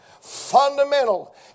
fundamental